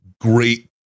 Great